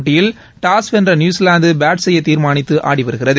போட்டியில் டாஸ் வென்ற New Zealand bat செய்ய தீர்மானித்து ஆடிவருகிறது